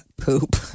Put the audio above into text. poop